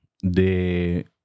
de